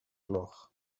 gloch